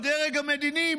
הדרג המדיני,